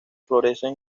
florecen